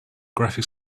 graphic